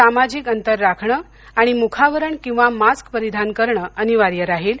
सामाजिक अंतर राखणे आणि मुखावरण किंवा मास्क परिधान करणं अनिवार्य राहील